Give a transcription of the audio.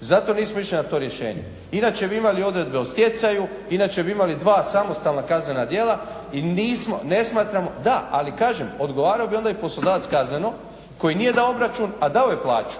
Zato nismo išli na to rješenje inače bi imali odredbe o stjecaju, inače bi imali dva kaznena samostalna dijela i nismo, ne smatramo, da ali kažem odgovarao bi onda i poslodavac kazneno koji nije dao obračun a dao je plaću